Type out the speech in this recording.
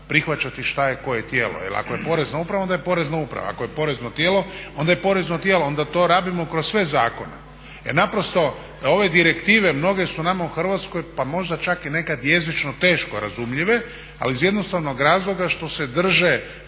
prihvaćati što je koje tijelo. Jer ako je Porezna uprava onda je Porezna uprava, ako je porezno tijelo onda je porezno tijelo, onda to rabimo kroz sve zakone. Jer naprosto da ove direktive mnoge su nama u Hrvatskoj pa možda čak i nekad jezično teško razumljive ali iz jednostavnog razloga što se drže